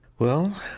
well,